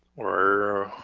we're